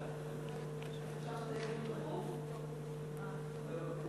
ההצעה להעביר את הנושא לוועדת החוקה,